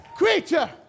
creature